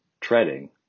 treading